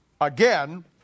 again